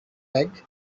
eggs